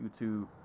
YouTube